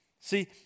See